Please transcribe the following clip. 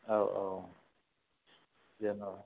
औ औ जेन'